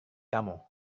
kamu